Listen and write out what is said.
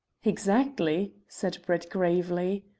exactly, said brett gravely.